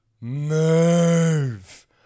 move